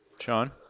Sean